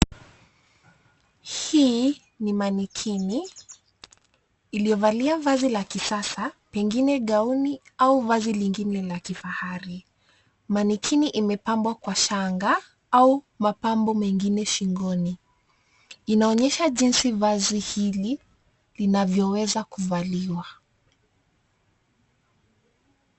Hii ni manekini iliyovalia vazi la kisasa, pengine gauni au vazi lingine la kifahari. Manekini imepambwa kwa shanga au mapambo mengine shingoni. Inaonyesha jinsi vazi hili, linavyoweza kuvaliwa.